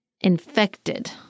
infected